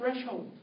threshold